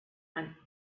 and